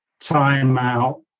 timeout